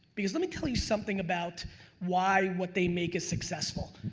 because let me tell you something about why what they make is successful.